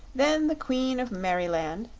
then the queen of merryland,